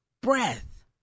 breath